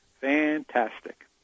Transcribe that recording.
fantastic